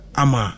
ama